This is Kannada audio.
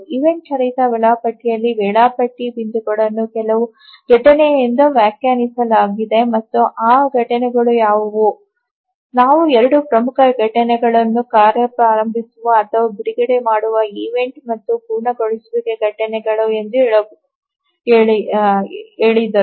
ಈವೆಂಟ್ ಚಾಲಿತ ವೇಳಾಪಟ್ಟಿಯಲ್ಲಿ ವೇಳಾಪಟ್ಟಿ ಬಿಂದುಗಳನ್ನು ಕೆಲವು ಘಟನೆಗಳಿಂದ ವ್ಯಾಖ್ಯಾನಿಸಲಾಗಿದೆ ಮತ್ತು ಆ ಘಟನೆಗಳು ಯಾವುವು ನಾವು ಎರಡು ಪ್ರಮುಖ ಘಟನೆಗಳನ್ನು ಕಾರ್ಯ ಪ್ರಾರಂಭಿಸುವ ಅಥವಾ ಬಿಡುಗಡೆ ಮಾಡುವ ಈವೆಂಟ್ ಮತ್ತು ಪೂರ್ಣಗೊಳಿಸುವಿಕೆ ಘಟನೆಗಳಿವೆ ಎಂದು ಹೇಳಿದರು